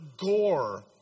gore